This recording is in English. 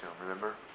Remember